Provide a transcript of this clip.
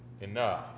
enough